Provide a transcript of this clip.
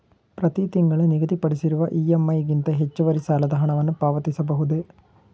ಪ್ರತಿ ತಿಂಗಳು ನಿಗದಿಪಡಿಸಿರುವ ಇ.ಎಂ.ಐ ಗಿಂತ ಹೆಚ್ಚುವರಿ ಸಾಲದ ಹಣವನ್ನು ಪಾವತಿಸಬಹುದೇ?